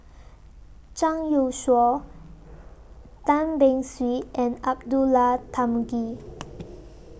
Zhang Youshuo Tan Beng Swee and Abdullah Tarmugi